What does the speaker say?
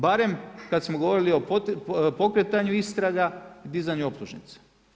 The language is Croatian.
Barem kad smo govorili o pokretanju istraga i dizanju optužnica.